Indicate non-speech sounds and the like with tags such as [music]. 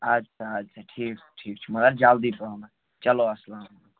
اَدٕ سا اَدٕ سا ٹھیٖک ٹھیٖک چھُ مگر جلدی پہمَتھ چلو السلامُ [unintelligible]